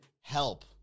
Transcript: help